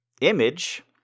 image